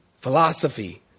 philosophy